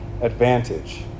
advantage